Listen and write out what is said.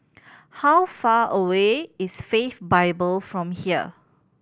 how far away is Faith Bible from here